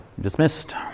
Dismissed